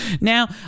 now